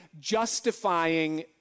justifying